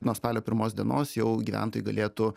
nuo spalio pirmos dienos jau gyventojai galėtų